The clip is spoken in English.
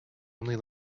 only